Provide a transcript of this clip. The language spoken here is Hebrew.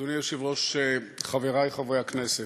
אדוני היושב-ראש, חברי חברי הכנסת,